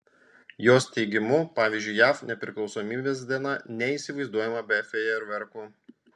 jos teigimu pavyzdžiui jav nepriklausomybės diena neįsivaizduojama be fejerverkų